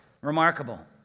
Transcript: Remarkable